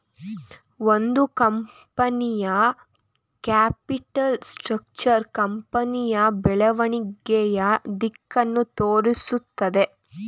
ಒಂದು ಕಂಪನಿಯ capital structure ಕಂಪನಿಯ ಬೆಳವಣಿಗೆಯ ದಿಕ್ಕನ್ನು ತೋರಿಸುತ್ತದೆ